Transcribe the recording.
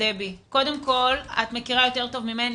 את מכירה יותר טוב ממני